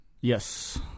Yes